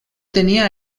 tenia